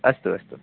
अस्तु अस्तु